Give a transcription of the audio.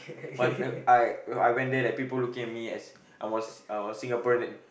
wh~ uh I when I went there that people looking at me as I was I was Singaporean